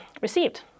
received